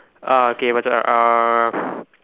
uh okay my turn now uh